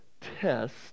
test